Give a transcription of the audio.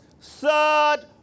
third